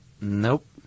nope